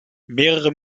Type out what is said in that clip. mehrere